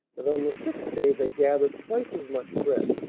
that on the sixth day they gathered twice as much bread,